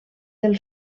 del